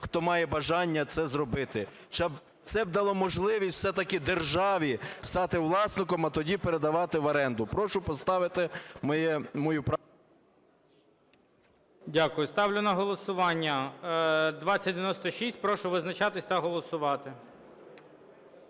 хто має бажання це зробити. Це б дало можливість все-таки державі стати власником, а тоді передавати в оренду. Прошу поставити мою правку… ГОЛОВУЮЧИЙ. Дякую. Ставлю на голосування 2096. Прошу визначатись та голосувати.